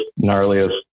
gnarliest